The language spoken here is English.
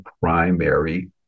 primary